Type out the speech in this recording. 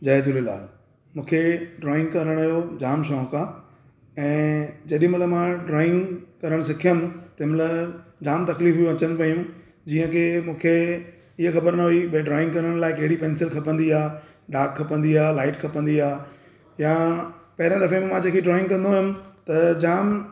जय झूलेलाल मूंखे ड्रॉइंग करण जो जाम शौक़ु आहे ऐं जेॾीमहिल मां ड्रॉइंग करण सिखियुमि तेॾीमहिल जाम तकलीफ़ियूं अचनि पयूं जीअं की मूंखे इहा ख़बर न हुई के ड्रॉइंग करण लाइ कहिड़ी पैंसिल खपंदी आहे डाक खपंदी आहे लाइट खपंदी आहे या पहिरें दफ़े में मां जेकी ड्रॉइंग कंदो हुयुमि त जाम